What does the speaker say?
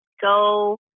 go